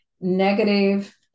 negative